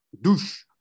Douche